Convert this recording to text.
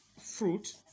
fruit